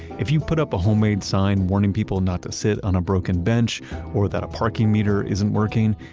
if you put up a homemade sign warning people not to sit on a broken bench or that a parking meter isn't working,